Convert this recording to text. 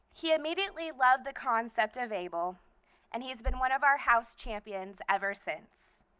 he immediately loved the concept of able and he has been one of our house champions ever since.